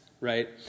Right